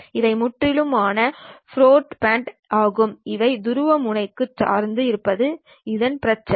இவை முற்றிலும் ஆன ஃப்ரோட் பேண்ட் ஆகும் அவை துருவமுனைப்பு சார்ந்து இருப்பது தான் பிரச்சினை